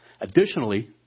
Additionally